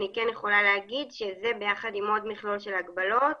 אני כן יכולה להגיד שזה ביחד עם עוד מכלול של הגבלות נבחנים,